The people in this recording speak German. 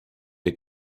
der